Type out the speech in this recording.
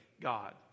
God